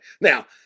Now